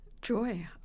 Joy